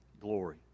glory